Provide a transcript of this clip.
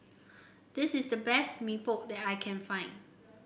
this is the best Mee Pok that I can find